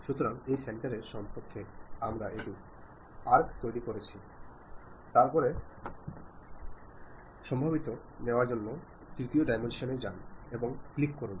সুতরাং এই সেন্টারের সাপেক্ষে আমরা একটি আর্ক তৈরি করেছি তারপরে প্রস্থকে সরানো সিদ্ধান্ত নেওয়ার জন্য তৃতীয় ডাইমেনশনে যান এবং ক্লিক করুন